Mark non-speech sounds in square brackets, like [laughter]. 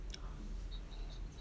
[noise] [breath]